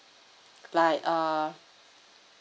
like uh